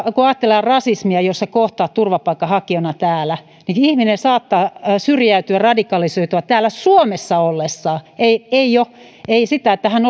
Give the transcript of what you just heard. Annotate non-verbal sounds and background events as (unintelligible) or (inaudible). kun ajatellaan rasismia niin jos sitä kohtaa turvapaikanhakijana täällä ihminen saattaa syrjäytyä radikalisoitua täällä suomessa ollessaan ei niin että hän (unintelligible)